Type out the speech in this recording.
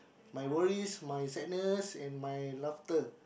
my worries my sadness and my laughter